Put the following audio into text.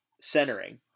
centering